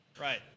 Right